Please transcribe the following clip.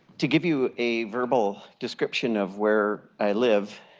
to give you a verbal description of where i live,